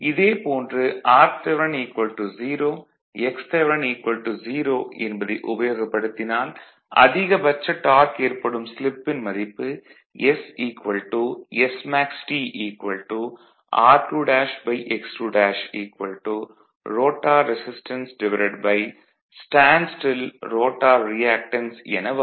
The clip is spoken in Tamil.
இதே போன்று rth 0 xth 0 என்பதை உபயோகப்படுத்தினால் அதிகபட்ச டார்க் ஏற்படும் ஸ்லிப்பின் மதிப்பு s smaxT r2 x2 rotor resistance standstill rotor reactance என வரும்